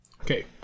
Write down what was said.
okay